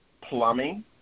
plumbing